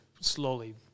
slowly